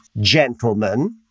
gentlemen